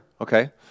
okay